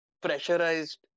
pressurized